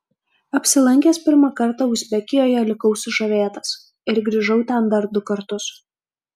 apsilankęs pirmą kartą uzbekijoje likau sužavėtas ir grįžau ten dar du kartus